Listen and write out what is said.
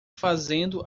fazendo